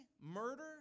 murder